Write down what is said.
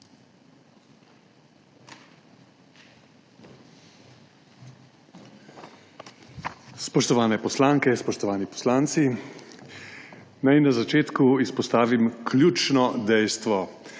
Spoštovane poslanke, spoštovani poslanci! Naj na začetku izpostavim ključno dejstvo.